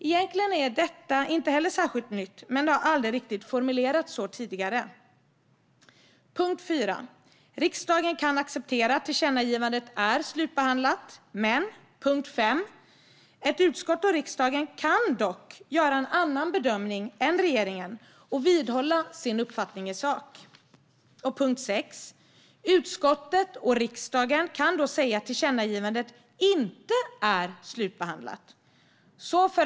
Egentligen är detta heller inget som är särskilt nytt, men det har aldrig tidigare formulerats så här. Riksdagen kan acceptera att tillkännagivandet är slutbehandlat. Ett utskott och riksdagen kan dock göra en annan bedömning än regeringen och vidhålla sin uppfattning i sak. Utskottet och riksdagen kan då säga att tillkännagivandet inte är slutbehandlat.